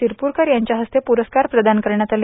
सिरपुरकर यांच्या हस्ते हे प्ररस्कार प्रदान करण्यात आले